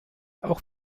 auch